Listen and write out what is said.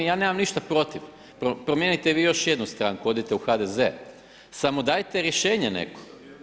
Ja nemam ništa protiv, promijenite vi još jednu stranku, odite u HDZ, samo dajte rješenje neko.